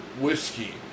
whiskey